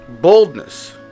boldness